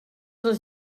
les